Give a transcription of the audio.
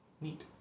Neat